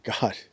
God